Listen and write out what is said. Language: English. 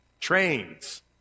trains